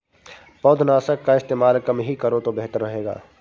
पौधनाशक का इस्तेमाल कम ही करो तो बेहतर रहेगा